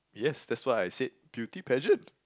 yes that's what I said beauty pageant